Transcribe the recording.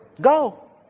Go